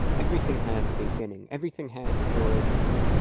everything has a beginning everything has its origins